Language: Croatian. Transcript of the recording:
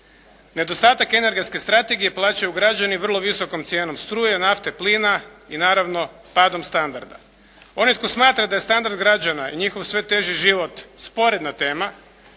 Nedostatak energetske strategije plaćaju građani vrlo visokom cijenom struje, nafte, plina i naravno padom standarda. Onaj tko smatra da je standard građana i njihov sve teži život sporedna tema,